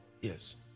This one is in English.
Yes